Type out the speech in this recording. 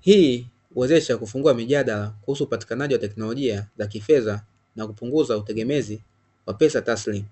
Hii huwezesha kufungua mijadala kuhusu upatikanaji wa teknolojia za kifedha na kupunguza utegemezi wa pesa taslimu.